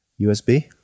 usb